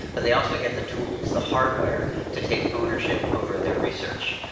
but they also get the tools, the hardware to take ownership over their research.